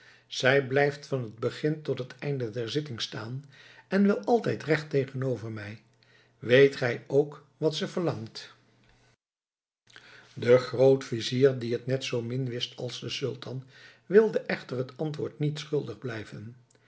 zij blijft van het begin tot het einde der zitting staan en wel altijd recht tegenover mij weet gij ook wat ze verlangt de grootvizier die het net zoo min wist als de sultan wilde echter het antwoord niet schuldig blijven